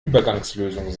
übergangslösung